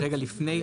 רגע לפני.